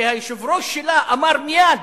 הרי היושב-ראש שלה אמר מייד,